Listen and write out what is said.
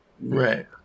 Right